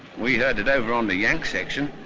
we heard that over on the yanks' section,